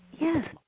Yes